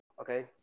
okay